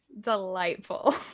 Delightful